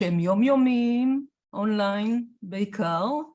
במיומיומים, אונליין, בעיקר.